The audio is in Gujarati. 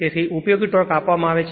તેથી ઉપયોગી ટોર્ક આપવામાં આવે છે